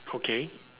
okay